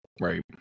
right